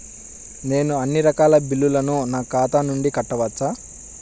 నేను అన్నీ రకాల బిల్లులను నా ఖాతా నుండి కట్టవచ్చా?